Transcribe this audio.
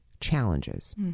Challenges